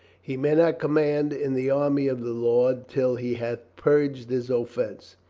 he may not command in the army of the lord till he hath purged his offense.